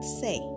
say